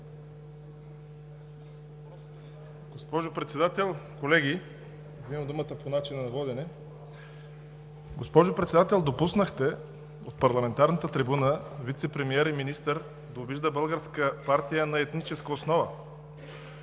Госпожо Председател, колеги! Взимам думата по начина на водене. Госпожо Председател, допуснахте от парламентарната трибуна вицепремиер и министър да обижда българска партия на етническа основа.